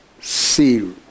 seal